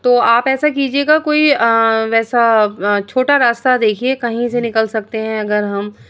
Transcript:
تو آپ ایسا کیجیے گا کوئی ویسا چھوٹا راستہ دیکھیے کہیں سے نکل سکتے ہیں اگر ہم